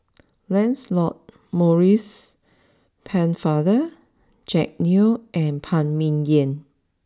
Lancelot Maurice Pennefather Jack Neo and Phan Ming Yen